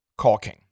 Caulking